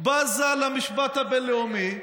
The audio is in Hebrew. בזה למשפט הבין-לאומי,